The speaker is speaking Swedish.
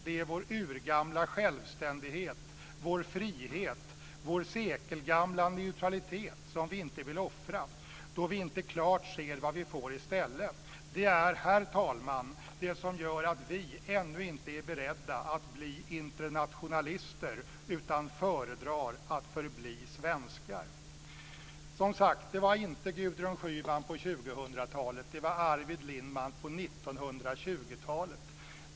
Det är vår urgamla självständighet, vår frihet, vår sekelgamla neutralitet som vi inte vill offra, då vi inte klart ser vad vi får i stället. Det är, herr talman, det som gör att vi ännu inte är beredda att bli internationalister utan föredrar att förbli svenskar. Detta var som sagt inte Gudrun Schyman på 2000-talet. Det var Arvid Lindman på 1920-talet.